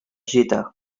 gita